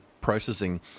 processing